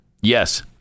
Yes